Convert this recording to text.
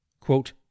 Quote